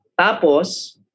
Tapos